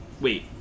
Wait